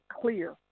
clear